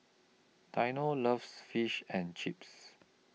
Dino loves Fish and Chips